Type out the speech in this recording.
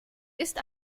ist